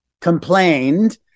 complained